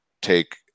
take